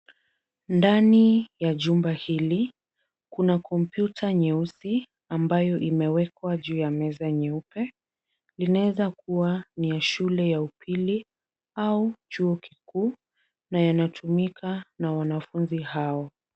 Ndani ya jumba hili kuna kompyuta nyeusi ambayo imewekwa juu ya meza nyeupe. Inaweza kuwa ni ya shule ya upili au chuo kikuu na yanatumika na wanafunzi hao.